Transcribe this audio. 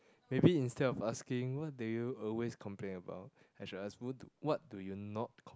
maybe instead of asking what do you always complain about I should ask who do what do you not